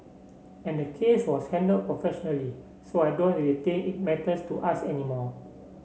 and the case was handled professionally so I don't real think it matters to us anymore